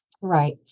Right